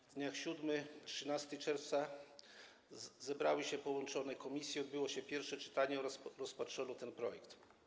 W dniach 7 i 13 czerwca zebrały się połączone komisje, odbyło się pierwsze czytanie oraz rozpatrzono niniejszy projekt.